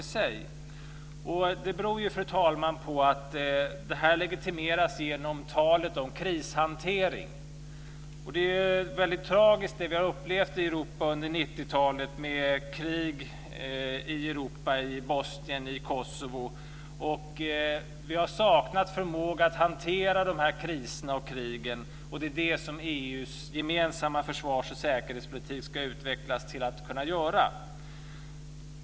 Ja, fru talman, det beror på att detta legitimeras genom talet om krishantering. Vad vi upplevt i Europa under 90-talet är väldigt tragiskt - krig i Bosnien och i Kosovo. Vi har saknat förmåga att hantera de här kriserna och krigen och det är det som EU:s gemensamma försvars och säkerhetspolitik ska utvecklas till att kunna klara.